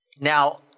Now